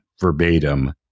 verbatim